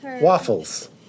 Waffles